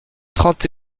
trente